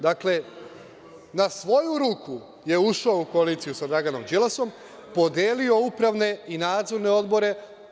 Dakle, na svoju ruku je ušao u koaliciju sa Draganom Đilasom, podelio upravne i nadzorne odbore.